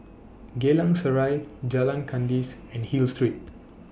Geylang Serai Jalan Kandis and Hill Street